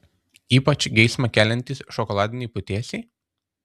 ypač geismą keliantys šokoladiniai putėsiai